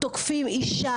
תוקפים אישה,